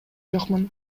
жокмун